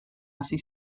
hasi